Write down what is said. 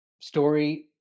Story